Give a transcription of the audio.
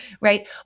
Right